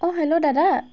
অঁ হেল্ল' দাদা